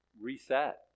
reset